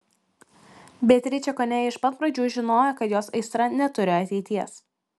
beatričė kone iš pat pradžių žinojo kad jos aistra neturi ateities